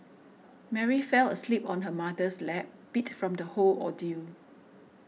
Mary fell asleep on her mother's lap beat from the whole ordeal